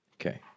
Okay